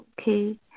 okay